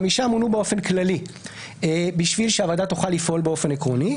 חמישה מונו באופן כללי בשביל שהוועדה תוכל לפעול באופן עקרוני.